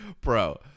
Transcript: Bro